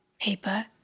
paper